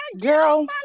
Girl